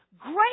great